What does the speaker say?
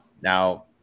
Now